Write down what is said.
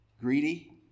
greedy